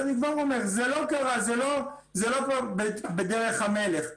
ואני כבר אומר שזה לא קרה, זה לא בדרך המלך.